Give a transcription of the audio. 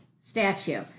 statue